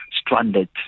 stranded